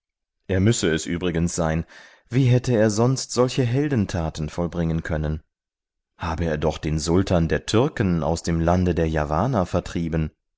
er müsse es übrigens sein wie hätte er sonst solche heldentaten vollbringen können habe er doch den sultan der türken aus dem lande der javaner vertrieben